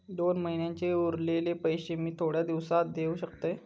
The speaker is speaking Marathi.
दोन महिन्यांचे उरलेले पैशे मी थोड्या दिवसा देव शकतय?